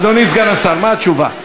אדוני סגן השר, מה התשובה?